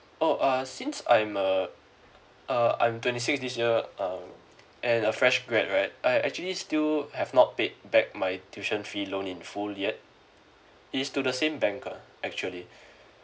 oh err since I'm a uh I'm twenty six this year um and a fresh grad right I actually still have not paid back my tuition fee loan in full yet it's to the same banker actually